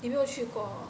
你有没有去过